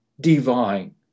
divine